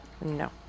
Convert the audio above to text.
No